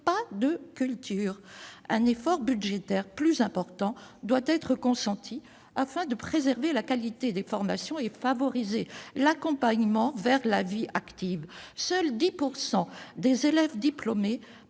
pas de culture ! Un effort budgétaire plus important doit être consenti, afin de préserver la qualité des formations et de favoriser l'accompagnement des artistes vers la vie active : seuls 10 % des élèves diplômés